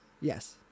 yes